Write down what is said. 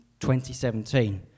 2017